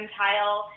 tile